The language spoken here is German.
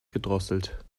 gedrosselt